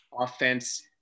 offense